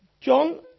John